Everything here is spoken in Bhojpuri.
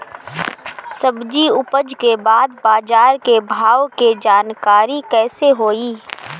सब्जी उपज के बाद बाजार के भाव के जानकारी कैसे होई?